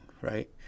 right